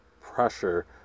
pressure